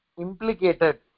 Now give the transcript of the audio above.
implicated